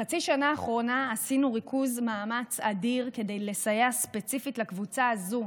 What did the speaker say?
בחצי השנה האחרונה עשינו ריכוז מאמץ אדיר כדי לסייע ספציפית לקבוצה הזו,